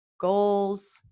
goals